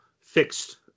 fixed